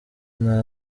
nta